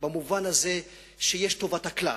במובן הזה שיש טובת הכלל,